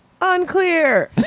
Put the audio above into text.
Unclear